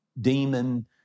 demon